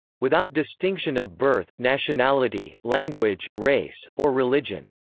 without distinction of birth, nationality, language, race, or religion.